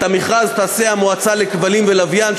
את המכרז תעשה המועצה לשידורי כבלים ולשידורי לוויין,